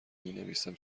مینویسم